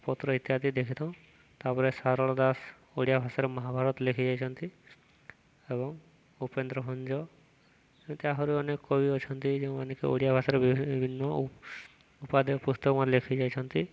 ପତ୍ର ଇତ୍ୟାଦି ଦେଖିଥାଉ ତା'ପରେ ସାରଳା ଦାସ ଓଡ଼ିଆ ଭାଷାରେ ମହାଭାରତ ଲେଖି ଯାଇଛନ୍ତି ଏବଂ ଉପେନ୍ଦ୍ର ଭଞ୍ଜ ଆହୁରି ଅନେକ କବି ଅଛନ୍ତି ଯେଉଁମାନେ ଓଡ଼ିଆ ଭାଷାରେ ଭିନ୍ନ ଉପାଦେୟ ପୁସ୍ତକମାନେ ଲେଖି ଯାଇଛନ୍ତି